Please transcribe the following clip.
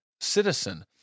citizen